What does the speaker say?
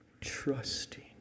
trusting